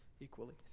equally